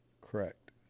Correct